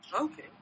Okay